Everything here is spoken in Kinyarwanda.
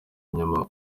inyuma